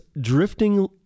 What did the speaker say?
drifting